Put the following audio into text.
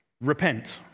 Repent